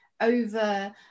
over